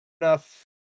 enough